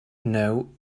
know